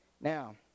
now